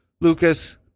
Lucas